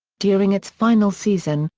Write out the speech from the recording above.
during its final season,